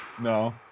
no